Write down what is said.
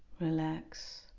relax